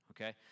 Okay